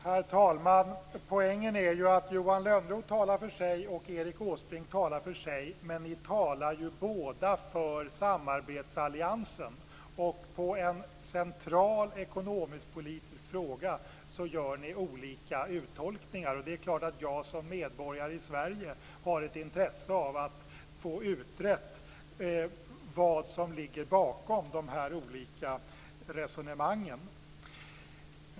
Herr talman! Poängen är ju att Johan Lönnroth talar för sig och Erik Åsbrink talar för sig, men ni talar ju båda för samarbetsalliansen. Ni gör olika uttolkningar av en central ekonomisk-politiska fråga. Det är klart att jag som medborgare i Sverige har ett intresse av att få utrett vad som ligger bakom de olika resonemangen.